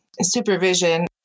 supervision